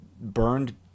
burned